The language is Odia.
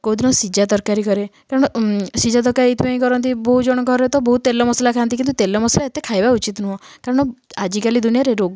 କେଉଁଦିନ ସିଝା ତରକାରୀ କରେ କାରଣ ସିଝା ତରକାରୀ ଏଇଥି ପାଇଁ କରନ୍ତି ବହୁତ ଜଣଙ୍କ ଘରେ ତ ବହୁତ ତେଲ ମସଲା ଖାଆନ୍ତି କିନ୍ତୁ ତେଲ ମସଲା ଏତେ ଖାଇବା ଉଚିତ ନୁହଁ କାରଣ ଆଜିକାଲି ଦୁନିଆରେ ରୋଗ